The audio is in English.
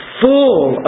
full